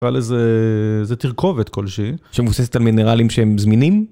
על איזה תרכובת כלשהי שמוססת על מינרלים שהם זמינים.